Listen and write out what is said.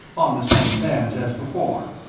on the same bands as before.